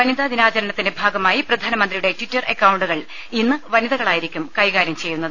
വനിതാദിനാചരണത്തിന്റെ ഭാഗമായി പ്രധാനമന്ത്രിയുടെ ട്വിറ്റർ അക്കൌണ്ടുകൾ ഇന്ന് വനിതകളായിരിക്കും കൈകാര്യം ചെയ്യുന്നത്